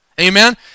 Amen